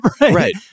Right